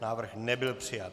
Návrh nebyl přijat.